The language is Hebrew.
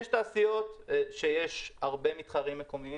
יש תעשיות שיש בהם הרבה מתחרים מקומיים